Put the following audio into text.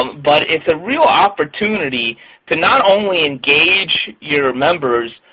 um but it's a real opportunity to not only engage your members,